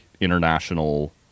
international